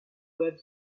web